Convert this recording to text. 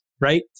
right